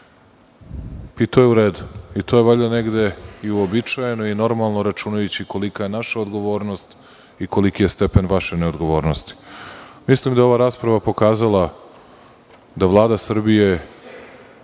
I to je u redu. To je valjda negde i uobičajeno i normalno, računajući kolika je naša odgovornost i koliki je stepen vaše neodgovornosti. Mislim da je ova rasprava pokazala da Vlada Srbije